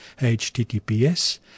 https